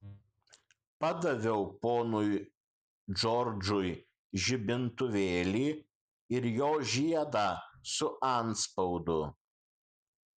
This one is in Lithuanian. padaviau ponui džordžui žibintuvėlį ir jo žiedą su antspaudu